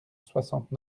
soixante